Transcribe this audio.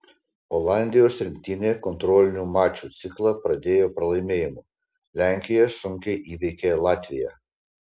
olandijos rinktinė kontrolinių mačų ciklą pradėjo pralaimėjimu lenkija sunkiai įveikė latviją